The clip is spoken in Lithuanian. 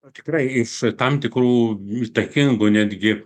tikrai iš tam tikrų įtakingų netgi